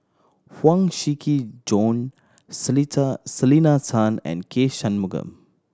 Huang Shiqi Joan Selena Tan and K Shanmugam